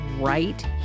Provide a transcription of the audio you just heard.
right